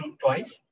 twice